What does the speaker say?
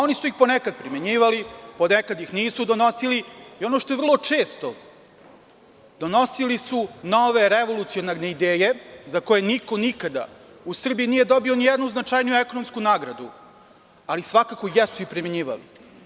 Oni su ih ponekad primenjivali, ponekad ih nisu donosili i ono što je vrlo često, donosili su nove revolucionarne ideje za koje niko, nikada u Srbiji nije dobio nijednu značajniju ekonomsku nagradu ali, svakako, ih jesu primenjivali.